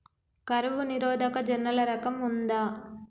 కరువు నిరోధక జొన్నల రకం ఉందా?